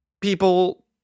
people